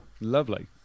Lovely